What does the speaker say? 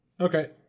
Okay